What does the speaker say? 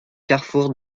carrefour